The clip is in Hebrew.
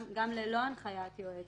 גם לא הנחיית יועץ,